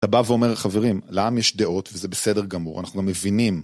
אתה בא ואומר, חברים, לעם יש דעות, וזה בסדר גמור, אנחנו מבינים.